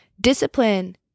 Discipline